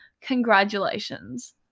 congratulations